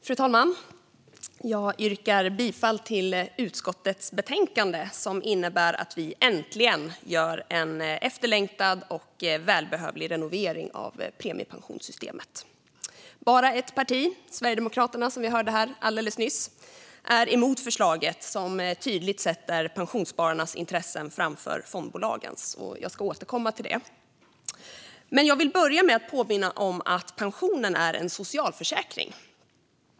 Fru talman! Jag yrkar bifall till utskottets förslag, som innebär att vi äntligen gör en efterlängtad och välbehövlig renovering av premiepensionssystemet. Bara ett parti, Sverigedemokraterna, är emot förslaget, som tydligt sätter pensionsspararnas intressen framför fondbolagens. Jag ska återkomma till det. Jag ska börja med att påminna om att pensionen är en socialförsäkring.